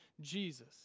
Jesus